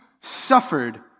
suffered